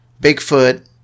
Bigfoot